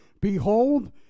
Behold